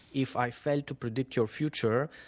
if i failed to predict your future,